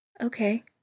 okay